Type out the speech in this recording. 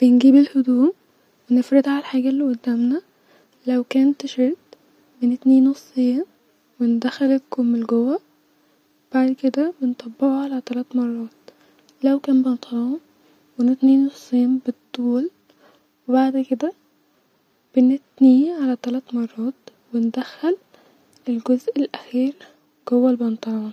بجيب الهدوم ونفردها علي الحاجه الي قدامنا-لو كان تيشرت بنتنيه نصين وندخل الكم لجوا ونطبقو علي تلات مرات-لو كان بنطلون نتنيه نصين بالطول-وبعد كده-بنتنيه علي تلات مرات وندخل الجزء الاخير جوا البنطلون